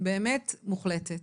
באמת מוחלטת.